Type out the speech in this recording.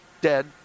dead